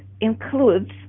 includes